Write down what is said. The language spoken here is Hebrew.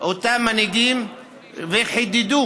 אותם מנהיגים וחידדו